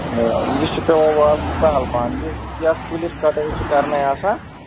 یہِ چھُ پٮ۪وان والُن سَہل پَہن یُتھ یہِ یَتھ کُلِس کَٹٲے چھِ کَرنے آسان